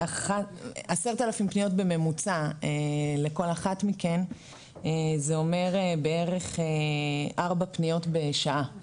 10,000 פניות בממוצע לכל אחת מכן זה אומר בעצם 4 פניות בשעת עבודה.